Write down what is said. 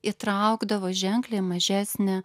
įtraukdavo ženkliai mažesnę